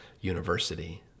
university